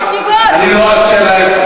אני לא אאפשר להם.